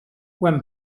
when